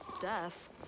death